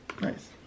Nice